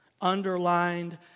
underlined